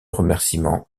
remerciements